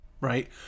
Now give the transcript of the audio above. right